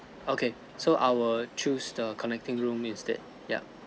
okay so I will choose the connecting room instead yup